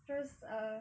terus err